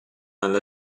nelle